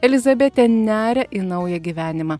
elizabetė neria į naują gyvenimą